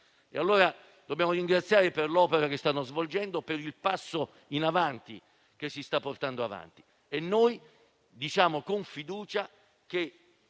Senato. Dobbiamo dunque ringraziarli per l'opera che stanno svolgendo e per il passo in avanti che si sta portando avanti. Pertanto, diciamo con fiducia che